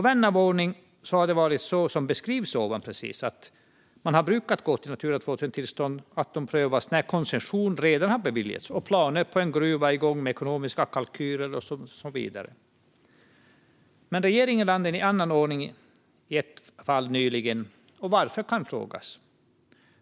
Vän av ordning kan konstatera att precis så som det beskrivs ovan har det brukat gå till, det vill säga Natura 2000-tillstånd prövas när koncession redan har beviljats och planer på en gruva, med ekonomiska kalkyler och så vidare, redan är igång. Regeringen landade i en annan ordning i ett fall nyligen. Varför, kan man fråga sig.